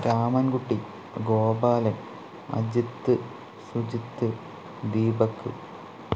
Ramankutty Gopalan Ajith Sujith Deepak